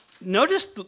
notice